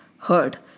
heard